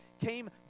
came